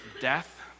death